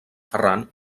ferran